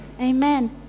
Amen